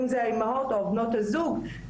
אם זה האימהות או בנות הזוג,